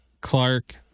Clark